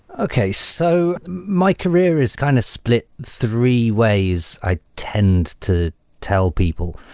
okay. so my career is kind of split three ways i tend to tell people.